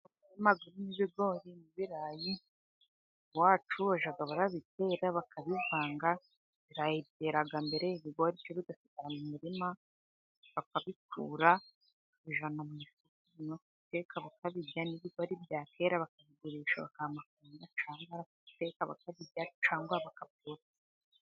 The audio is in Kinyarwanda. Umurima urimo ibigori n'ibirayi iwacu bajya babitera bakabivanga, ibirayi byera mbere ibigori byo bigasigara mu murima, bakabikura bakabijyana mu nzu bakabiteka bakabirya, n'ibigori byakwera bakabigurisha bakabaha amafaranga, cyangwa bakabiteka bakabirya cyangwa bakabyotsa.